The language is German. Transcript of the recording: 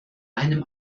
einem